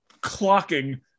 clocking